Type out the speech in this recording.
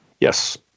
Yes